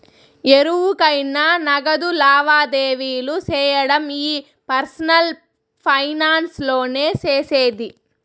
ఎవురికైనా నగదు లావాదేవీలు సేయడం ఈ పర్సనల్ ఫైనాన్స్ లోనే సేసేది